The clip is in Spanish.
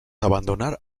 abandonar